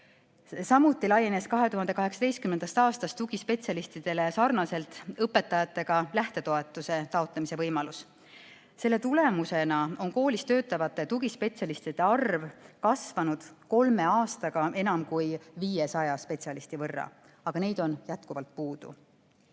Samuti laienes 2018. aastast sarnaselt õpetajatega tugispetsialistidele lähtetoetuse taotlemise võimalus. Selle tulemusena on koolis töötavate tugispetsialistide arv kasvanud kolme aastaga enam kui 500 spetsialisti võrra, aga neid on jätkuvalt puudu.Et